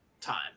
Time